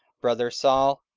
brother saul,